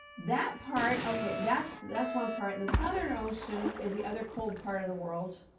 that part ok, that's that's one part. and the southern ocean is the other cold part of the world,